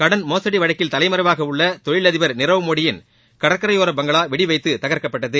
கடன் மோசடி வழக்கில் தலைமறைவாக உள்ள தொழில் அதிபர் நிரவ்மோடியின் கடற்கரையோர பங்களா வெடிவைத்து தகர்க்கப்பட்டது